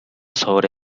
sobre